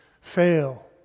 fail